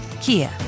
Kia